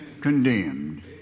condemned